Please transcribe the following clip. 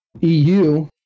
eu